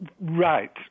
Right